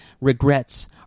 regrets